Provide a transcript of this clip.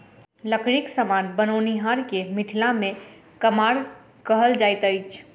लकड़ीक समान बनओनिहार के मिथिला मे कमार कहल जाइत अछि